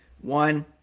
One